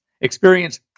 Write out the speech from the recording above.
experience